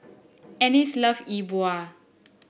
Ennis love Yi Bua